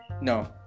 No